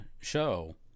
show